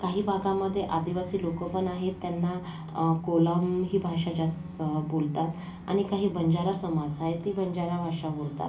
काही भागामधे आदिवासी लोकं पण आहेत त्यांना कोलम ही भाषा जास्त बोलतात आणि काही बंजारा समाज आहे ती बंजारा भाषा बोलतात